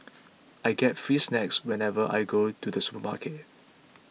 I get free snacks whenever I go to the supermarket